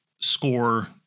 score